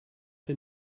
den